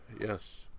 yes